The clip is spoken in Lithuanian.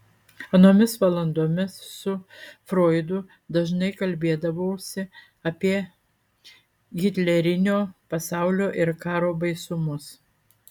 anomis valandomis su froidu dažnai kalbėdavausi apie hitlerinio pasaulio ir karo baisumus